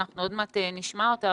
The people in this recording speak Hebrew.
אנחנו עוד מעט נשמע אותה,